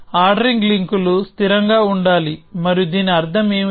ordering link లు స్థిరంగా ఉండాలి మరియు దీని అర్థం ఏమిటి